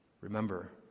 remember